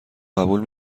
قبول